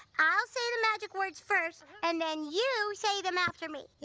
i'll say the magic words first and then you say them after me.